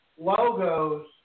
logos